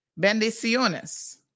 Bendiciones